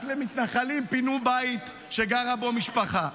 רק למתנחלים פינו בית שגרה בו משפחה.